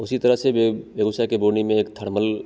उसी तरह से बे बेगुसराय के बौनी में एक थर्मल